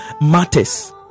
matters